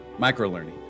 microlearning